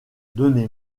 donnez